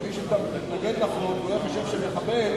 שמי שמתנגד לחוק לא ייחשב מחבל,